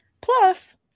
Plus